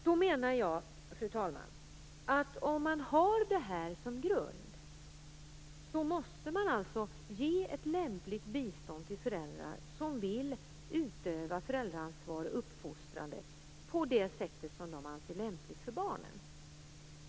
Då menar jag, fru talman, att om man har detta som grund så måste man ge ett lämpligt bistånd till föräldrar som vill utöva föräldraansvar och fostrande på det sätt som de anser lämpligt för barnen.